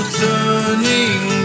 turning